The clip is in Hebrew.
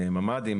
ממ"דים,